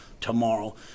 tomorrow